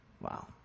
Wow